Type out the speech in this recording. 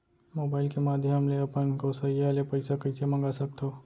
Mobile के माधयम ले अपन गोसैय्या ले पइसा कइसे मंगा सकथव?